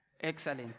Excellent